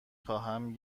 خواهم